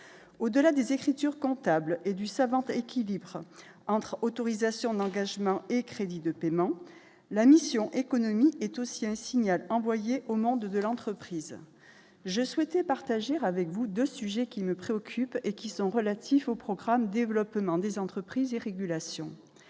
au-delà des écritures comptables et du savante équilibre entre autorisations d'engagement et crédits de paiement, la mission économique est aussi un signal envoyé au monde de l'entreprise, je souhaitais partager avec vous 2 sujets qui me préoccupe et qui sont relatifs au programme développement des entreprises et régulation